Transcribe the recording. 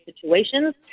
situations